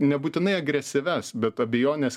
nebūtinai agresyvias bet abejones